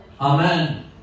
Amen